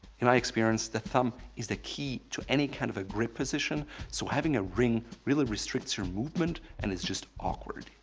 in my experience, the thumb is the key to any kind of a grip position so having a ring really restricts your movement and it's just awkward.